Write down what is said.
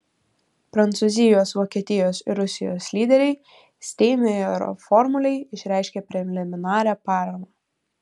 prancūzijos vokietijos ir rusijos lyderiai steinmeierio formulei išreiškė preliminarią paramą